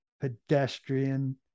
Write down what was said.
pedestrian